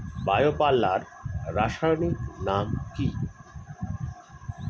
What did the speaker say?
Bio পাল্লার রাসায়নিক নাম কি?